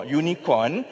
unicorn